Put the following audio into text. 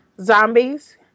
zombies